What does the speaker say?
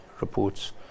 reports